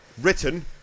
Written